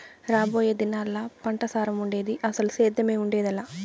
రాబోయే దినాల్లా పంటసారం ఉండేది, అసలు సేద్దెమే ఉండేదెలా